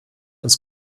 uns